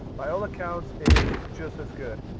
by all accounts is just as good.